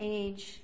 age